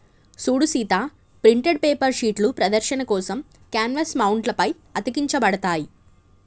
సూడు Sita printed paper షీట్లు ప్రదర్శన కోసం కాన్వాస్ మౌంట్ల పై అతికించబడతాయి